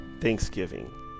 Thanksgiving